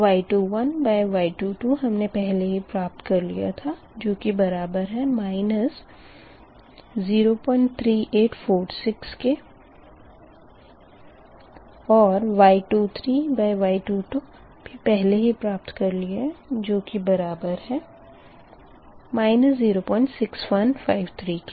Y21capitalY22 हमने पहले ही प्राप्त कर लिया था जो कि बराबर है 03846 के और Y23Y22 भी पहले प्राप्त कर लिया है जो कि बराबर है 06153 के